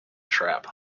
trap